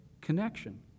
connection